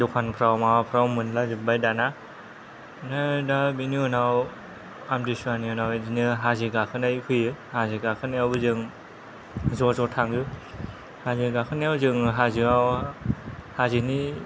दखानफ्राव माबाफ्राव मोनलाजोबबाय दाना बिदिनो दा बेनि उनाव आम्तिसुवानि उनाव बेदिनो हाजो गाखोनाय फैयो हाजो गाखोनायावबो जों ज'ज' थाङो हाजो गाखोनायाव जों हाजोआव हाजोनि